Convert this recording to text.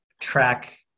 track